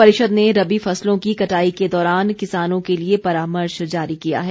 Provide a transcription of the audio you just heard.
परिषद ने रबी फसलों की कटाई के दौरान किसानों के लिए परामर्श जारी किया है